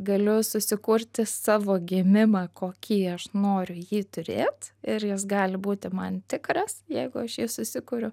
galiu susikurti savo gimimą kokį aš noriu jį turėt ir jis gali būti man tikras jeigu aš jį susikuriu